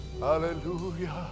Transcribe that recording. Hallelujah